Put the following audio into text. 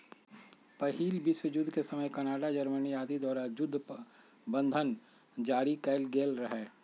पहिल विश्वजुद्ध के समय कनाडा, जर्मनी आदि द्वारा जुद्ध बन्धन जारि कएल गेल रहै